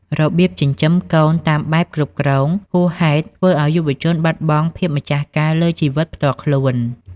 របៀបចិញ្ចឹមកូនតាមបែប "គ្រប់គ្រង" ហួសហេតុ ធ្វើឱ្យយុវជនបាត់បង់ភាពម្ចាស់ការលើជីវិតផ្ទាល់ខ្លួន។